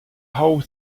hole